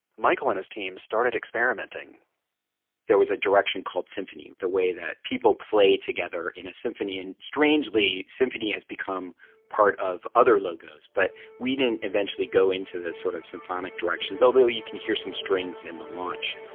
michael and his team started experimenting there was a direction called symphony, the way people play together in a symphony, and strangely symphony has become part of other logos. but we didn't eventually go into the sort of symphonic direction, although you can hear some strings in the launch.